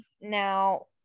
Now